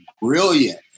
brilliant